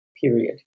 period